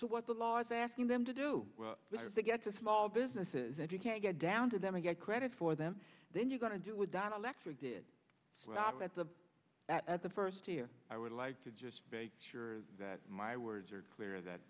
to what the law is asking them to do to get to small businesses that you can't get down to them or get credit for them then you're going to do with dielectric did that the at the first year i would like to just make sure that my words are clear that